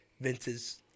Vince's